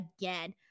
again